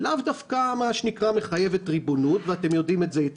לאו דווקא מה שנקרא מחייבת ריבונות ואתם יודעים את זה היטב.